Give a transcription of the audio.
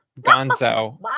Gonzo